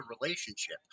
relationship